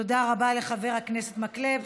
תודה רבה לחבר הכנסת מקלב.